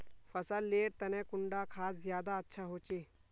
फसल लेर तने कुंडा खाद ज्यादा अच्छा होचे?